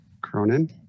Cronin